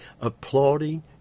applauding